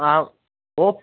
ஆ